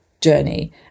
journey